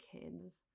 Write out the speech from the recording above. kids